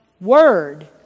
word